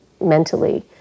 mentally